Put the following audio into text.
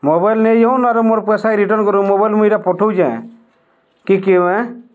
mobile ନେଇଯାଆନ୍ତୁ ଆଉ ମୋର ପଇସା ରିଟର୍ନ କରନ୍ତୁ ମୋବାଇଲ ମୁଁ ଏଇଟା ପଠଉଛି ଆଜ୍ଞା କି କି ଏଁ